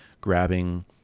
grabbing